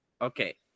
Okay